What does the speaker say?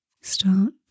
start